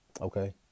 Okay